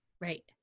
Right